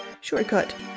Shortcut